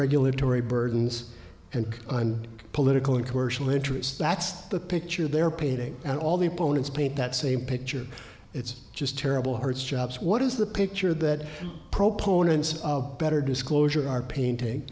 regulatory burdens and on political and commercial interests that's the picture they're painting and all the points paint that same picture it's just terrible hurts jobs what is the picture that pro ponens of better disclosure are painting